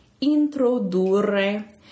Introdurre